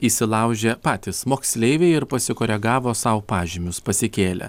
įsilaužia patys moksleiviai ir pasikoregavo sau pažymius pasikėlę